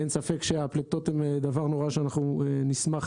אין ספק שהפליטות הן דבר נורא שאנחנו נשמח